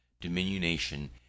diminution